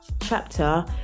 chapter